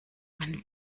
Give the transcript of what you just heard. man